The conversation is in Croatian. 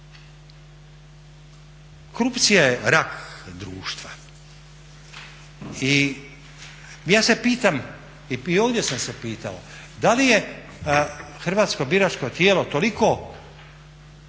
Korupcija je rak društva i ja se pitam, i ovdje sam se pitao, da li je hrvatsko biračko tijelo toliko